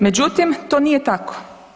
Međutim to nije tako.